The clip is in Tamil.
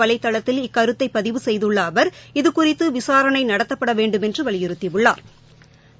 வலைதளத்தில் இக்கருத்தைபதிவு செய்துள்ளஅவர் இது சமூக குறித்துவிசாரணைநடத்தப்படவேண்டுமென்றுவலியுறுத்தியுள்ளாா்